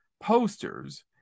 posters